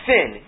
Sin